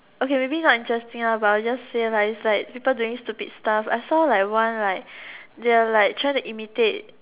okay maybe not interesting lah but I'll just say like it's like people doing stupid stuff I saw like one like they are like trying to imitate